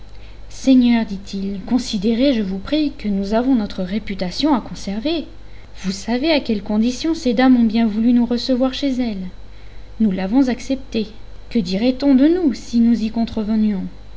seigneur dit-il considérez je vous prie que nous avons notre réputation à conserver vous savez à quelle condition ces dames ont bien voulu nous recevoir chez elles nous l'avons acceptée que dirait-on de nous si nous y